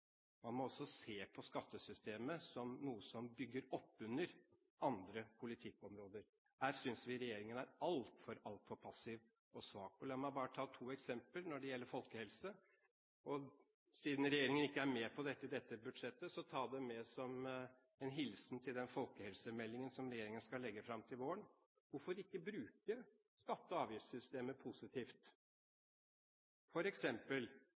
Man må også se på skattesystemet som noe som bygger opp under andre politikkområder. Her synes vi regjeringen er altfor passiv og svak. La meg bare ta to eksempler når det gjelder folkehelse. Siden regjeringen ikke er med på dette i dette budsjettet, bør den ta det med som en hilsen til den folkehelsemeldingen som regjeringen skal legge fram til våren: Hvorfor ikke bruke skatte- og avgiftssystemet positivt,